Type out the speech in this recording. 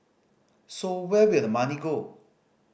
so where will the money go